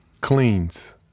cleans